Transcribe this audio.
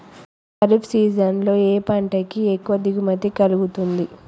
Kharif season లో ఏ పంట కి ఎక్కువ దిగుమతి కలుగుతుంది?